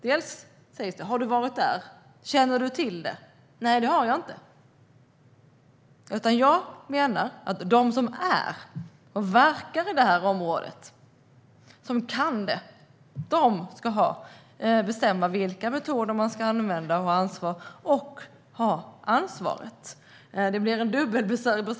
Jag får frågan: Har du varit där, och känner du till det? Nej, jag har inte varit där. Men jag menar att de som bor och verkar i området och som kan det ska bestämma vilka metoder man ska använda och ha ansvaret.